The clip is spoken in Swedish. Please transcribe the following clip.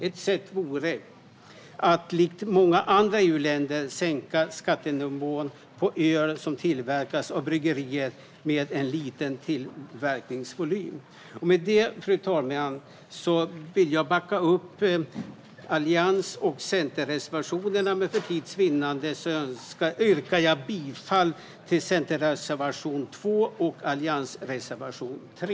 Ett sätt vore att likt många andra EU-länder sänka skattenivån på öl som tillverkas av bryggerier med liten tillverkningsvolym. Jag vill till slut backa upp Alliansens och Centerns alla reservationer, men för tids vinnande yrkar jag bifall endast till Centerns reservation 2 och Alliansens reservation 3.